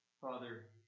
Father